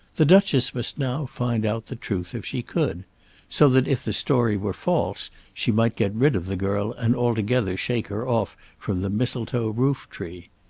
the duchess must now find out the truth if she could so that if the story were false she might get rid of the girl and altogether shake her off from the mistletoe roof tree.